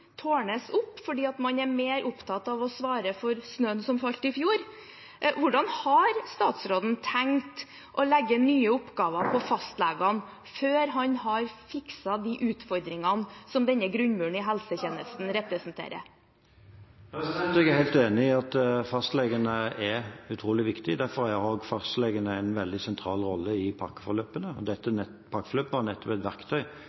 opp fordi man er mer opptatt av å svare for snøen som falt i fjor. Hvordan har statsråden tenkt å legge nye oppgaver til fastlegene før han har fikset de utfordringene som denne grunnmuren i helsetjenesten representerer? Jeg er helt enig i at fastlegene er utrolig viktige, derfor har også fastlegene en veldig sentral rolle i pakkeforløpene. Pakkeforløpene er et verktøy